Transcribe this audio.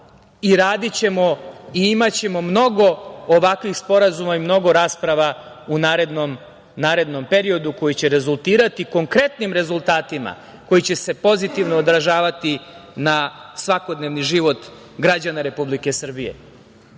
i imaćemo mnogo ovakvih sporazuma i rasprava u narednom periodu koji će rezultirati konkretnim rezultatima, koji će se pozitivno odražavati na svakodnevni život građana Republike